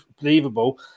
believable